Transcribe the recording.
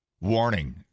Warning